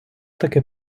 таки